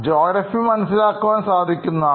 ജോഗ്രഫിമനസ്സിലാക്കുവാൻ സാധിക്കുന്നതാണ്